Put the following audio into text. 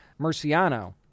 Murciano